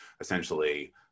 essentially